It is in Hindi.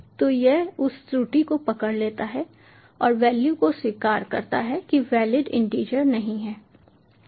तो यह उस त्रुटि को पकड़ लेता है और वैल्यू को स्वीकार करता है कि वैलिड इंटीजर नहीं है